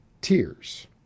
tears